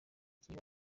kiba